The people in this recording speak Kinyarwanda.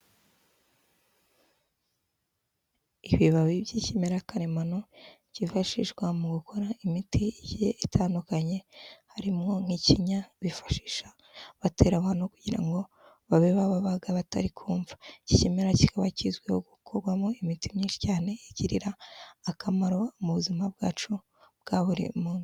Ibibabi by'ikimera karemano cyifashishwa mu gukora imiti igiye itandukanye, harimwo nk'ikinya bifashisha batera abantu kugira ngo babe babaga batari kumva. Iki kimera kikaba kizwiho gukorwamo imiti myinshi cyane igirira akamaro mu buzima bwacu bwa buri mu...